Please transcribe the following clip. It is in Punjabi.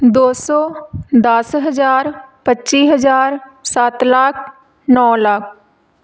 ਦੋ ਸੌ ਦਸ ਹਜ਼ਾਰ ਪੱਚੀ ਹਜ਼ਾਰ ਸੱਤ ਲੱਖ ਨੌਂ ਲੱਖ